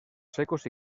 secos